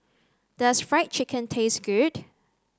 does fried chicken taste good